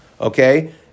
Okay